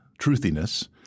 truthiness